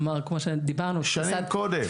שנים קודם.